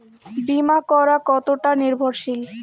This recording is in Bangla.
বীমা করা কতোটা নির্ভরশীল?